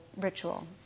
ritual